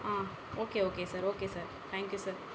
ah okay okay sir okay sir thank you sir